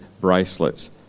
bracelets